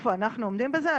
איפה אנחנו עומדים בזה?